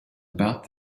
about